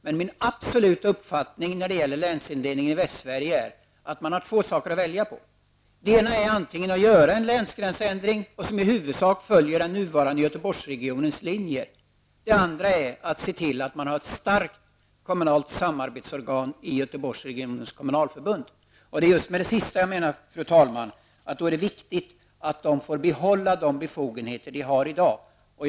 Men min absoluta uppfattning när det gäller länsindelningen i VästSverige är att man har två saker att välja på: den ena är att göra en länsgränsändring som i huvudsak följer den nuvarande Göteborgsregionens linjer. Den andra är att se till att man har ett starkt kommunalt samarbetsorgan i Göteborgsregionens kommunalförbund. Det är just i det sista fallet, fru talman, som jag menar att det är viktigt att man får behålla de befogenheter man har i dag.